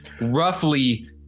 roughly